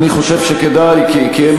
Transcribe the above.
הוועדה